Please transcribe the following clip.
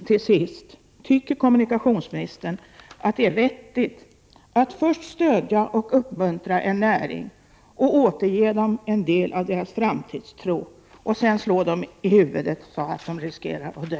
Till sist vill jag fråga om kommunikationsministern tycker att det är vettigt att först stödja och uppmuntra en näring och återge den en del av sin framtidstro och sedan slå den i huvudet så att den riskerar att dö.